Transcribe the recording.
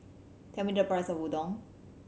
tell me the price of Udon